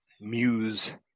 muse